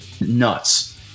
nuts